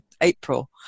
April